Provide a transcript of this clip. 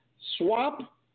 swap